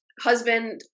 husband